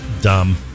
Dumb